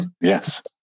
Yes